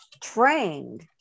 trained